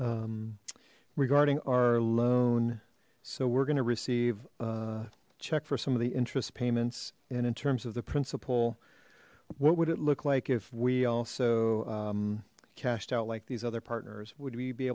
you regarding our loan so we're going to receive a check for some of the interest payments and in terms of the principal what would it look like if we also cashed out like these other partners would we be